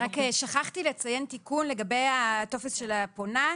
שכחתי לציין תיקון לגבי הטופס של הפונה,